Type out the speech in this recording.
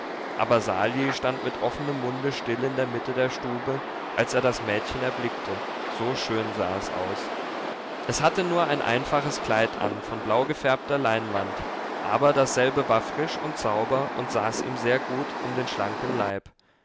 aber sali stand mit offenem munde still in der mitte der stube als er das mädchen erblickte so schön sah es aus es hatte nur ein einfaches kleid an von blaugefärbter leinwand aber dasselbe war frisch und sauber und saß ihm sehr gut um den schlanken leib